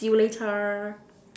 see you later